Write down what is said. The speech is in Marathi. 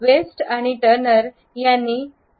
वेस्ट आणि टर्नर यांनी यू